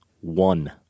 one